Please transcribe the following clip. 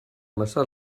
massa